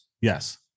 Yes